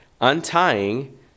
untying